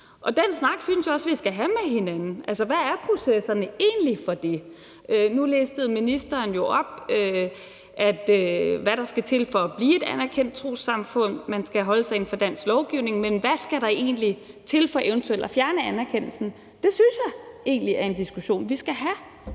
Den snak synes jeg også vi skal have med hinanden. Altså, hvad er processerne egentlig i det? Nu listede ministeren jo op, hvad der skal til for at blive et anerkendt trossamfund, nemlig at man skal holde sig inden for dansk lovgivning, men hvad skal der egentlig til for eventuelt at fjerne anerkendelsen? Det synes jeg egentlig er en diskussion vi skal have.